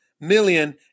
million